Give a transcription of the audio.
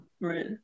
right